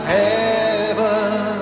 heaven